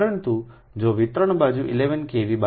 પરંતુ જો વિતરણ બાજુ 11 KV